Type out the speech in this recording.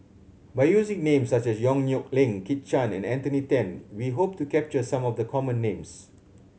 by using names such as Yong Nyuk Lin Kit Chan and Anthony Then we hope to capture some of the common names